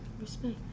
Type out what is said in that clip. Respect